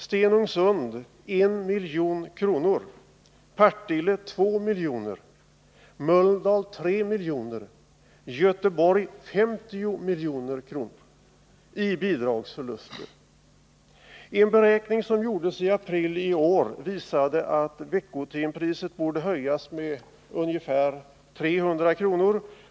Stenungsund får 1 milj.kr., Partille 2 milj.kr., Mölndal 3 milj.kr. och Göteborg 50 milj.kr. i bidragsförluster. En beräkning som gjordes i april i år visade att veckotimpriset borde höjas med ungefär 300 kr.